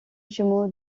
jumeau